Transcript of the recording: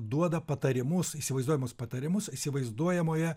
duoda patarimus įsivaizduojamus patarimus įsivaizduojamoje